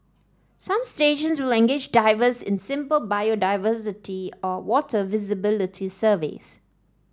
some stations will engage divers in simple biodiversity or water visibility surveys